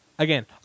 Again